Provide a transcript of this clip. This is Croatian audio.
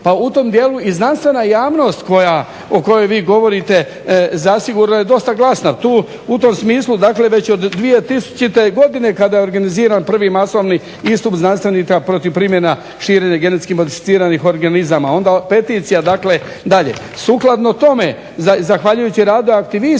Pa u tom dijelu i znanstvena javnost o kojoj vi govorite zasigurno je dosta glasna. U tom smislu već od 2000. godine kada je organiziran prvi masovni istup znanstvenika protiv primjene i širenja GMO-a, onda peticija dakle dalje. Sukladno tome, zahvaljujući radu aktivista